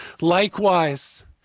Likewise